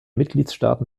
mitgliedstaaten